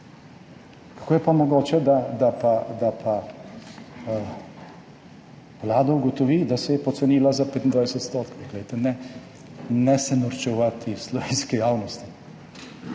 Kako je pa mogoče, da vlada ugotovi, da se je pocenila za 25 odstotkov? Glejte, ne se norčevati iz slovenske javnosti.